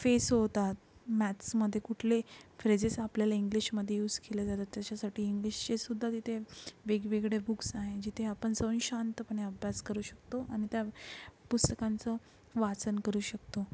face होतात मॅथ्समध्ये कुठले फ्रेजेस आपल्याला इंग्लिशमध्ये यूस केल्या जातात त्याच्यासाठी इंग्लिशचेसुद्धा तिथे वेगवेगळे बुक्स आहे जिथे आपण जाऊन शांतपणे अभ्यास करू शकतो आणि त्या पुस्तकांचं वाचन करू शकतो